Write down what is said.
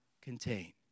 contain